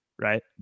right